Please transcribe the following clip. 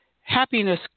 Happiness